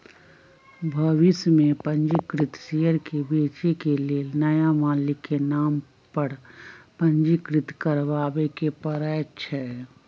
भविष में पंजीकृत शेयर के बेचे के लेल नया मालिक के नाम पर पंजीकृत करबाबेके परै छै